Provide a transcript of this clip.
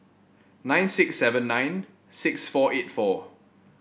nine six seven nine six four eight four